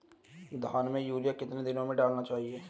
धान में यूरिया कितने दिन में डालना चाहिए?